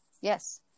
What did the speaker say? yes